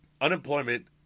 unemployment